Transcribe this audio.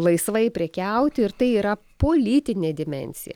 laisvai prekiauti ir tai yra politinė dimensija